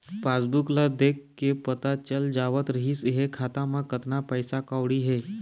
passbook ल देखके पता चल जावत रिहिस हे खाता म कतना पइसा कउड़ी हे